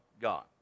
God